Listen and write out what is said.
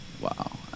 Wow